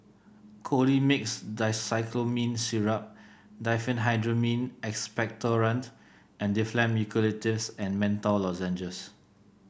Colimix Dicyclomine Syrup Diphenhydramine Expectorant and Difflam Eucalyptus and Menthol Lozenges